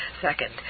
Second